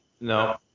no